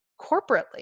corporately